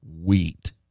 wheat